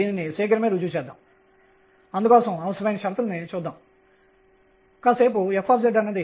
ఇప్పుడు ఈ 2mE ఎందుకు అని మీరు ఆశ్చర్యపోవచ్చు